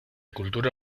cultura